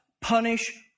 punish